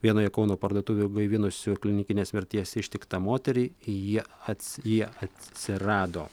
vienoje kauno parduotuvių gaivinusių klinikinės mirties ištiktą moterį jie atsei jie atsirado